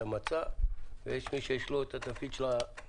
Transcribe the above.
המצה ויש מי שיש לו את התפקיד של המרור.